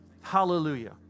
Hallelujah